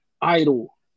idol